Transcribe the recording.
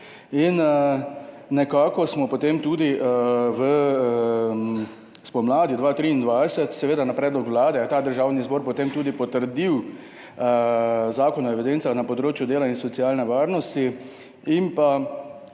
Nekako je potem tudi spomladi leta 2023, seveda na predlog Vlade, državni zbor potem tudi potrdil Zakon o evidencah na področju dela in socialne varnosti, mi pa